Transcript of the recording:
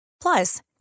Plus